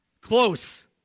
Close